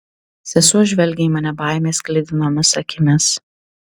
sesuo žvelgė į mane baimės sklidinomis akimis